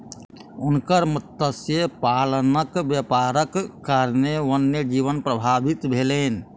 हुनकर मत्स्य पालनक व्यापारक कारणेँ वन्य जीवन प्रभावित भेलैन